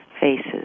faces